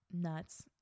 nuts